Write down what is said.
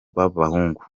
b’abahungu